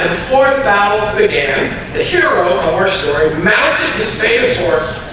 ah fourth battle of began the hero of our story mounted his famous work